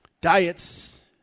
Diets